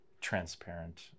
transparent